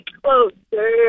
closer